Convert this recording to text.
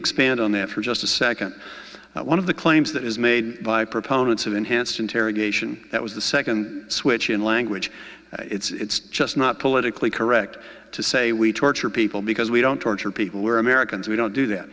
expand on that for just a second one of the claims that is made by proponents of enhanced interrogation that was the second switch in language it's just not politically correct to say we torture people because we don't torture people we're americans we don't do that